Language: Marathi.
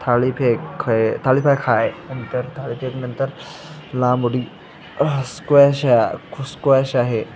थाळीफेक खे थाळीफेक आहे नंतर थाळीफेक नंतर लांबउडी हसस्क्वॅशा खुस स्क्वॅश आहे